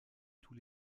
tous